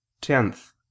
tenth